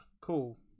Cool